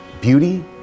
beauty